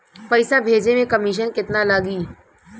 पैसा भेजे में कमिशन केतना लागि?